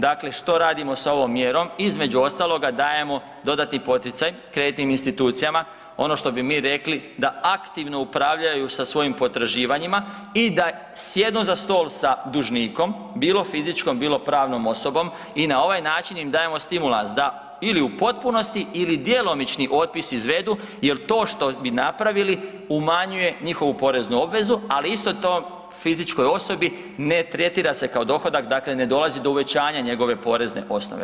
Dakle, što radimo sa ovom mjerom, između ostaloga, dajemo dodatni poticaj kreditnim institucijama, ono što bi mi rekli da aktivno upravljaju sa svojim potraživanjima i da sjednu za stol sa dužnikom, bilo fizičkom, bilo pravnom osobom i na ovaj način im dajemo stimulans, da, ili u potpunosti ili djelomični otpis izvedu, jer to što bi napravili, umanjuje njihovu poreznu obvezu, ali isto toj fizičkoj osobi ne tretira se kao dohodak, dakle ne dolazi do uvećanja njegove porezne osnove.